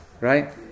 Right